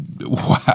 wow